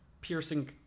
piercing